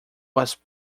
was